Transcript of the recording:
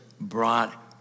brought